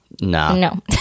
no